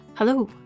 Hello